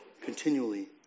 continually